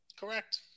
correct